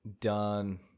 done